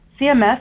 CMS